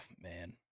man